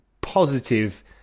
positive